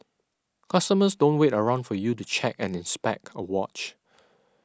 customers don't wait around for you to check and inspect a watch